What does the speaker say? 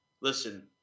Listen